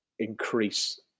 increase